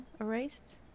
erased